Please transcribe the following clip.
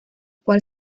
cual